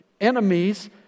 enemies